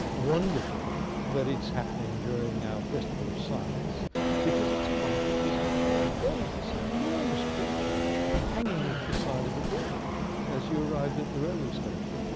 wonderful that it's happening during our festival of science because it's a wonderful piece of engineering. there was this enormous creature hanging off the side of a building as you arrived at the railway station.